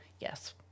yes